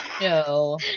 No